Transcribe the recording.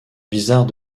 bizarre